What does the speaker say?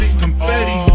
confetti